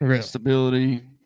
Stability